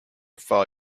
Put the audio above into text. follow